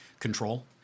control